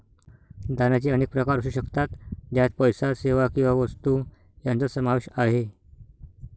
दानाचे अनेक प्रकार असू शकतात, ज्यात पैसा, सेवा किंवा वस्तू यांचा समावेश आहे